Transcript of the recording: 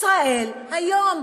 "ישראל היום".